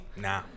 Nah